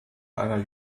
einer